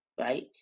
right